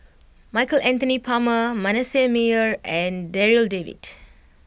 Michael Anthony Palmer Manasseh Meyer and Darryl David